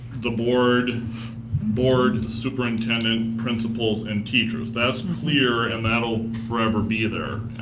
the board board superintendent, principals, and teachers. that's clear and that'll forever be there.